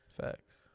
Facts